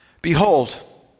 Behold